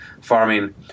farming